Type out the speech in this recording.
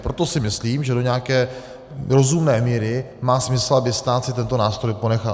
Proto si myslím, že do nějaké rozumné míry má smysl, aby stát si tento nástroj ponechal.